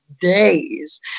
days